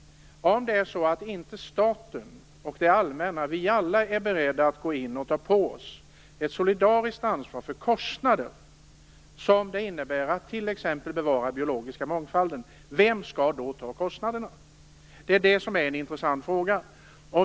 Om inte staten, det allmänna och vi alla är beredda att ta på oss ett solidariskt ansvar för kostnaderna som det innebär att t.ex. bevara den biologiska mångfalden, vem skall då ta kostnaderna? Det är en intressant fråga.